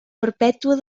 perpètua